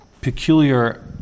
peculiar